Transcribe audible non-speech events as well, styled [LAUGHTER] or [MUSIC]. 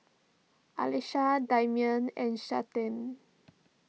Alisha Damien and [UNINTELLIGIBLE]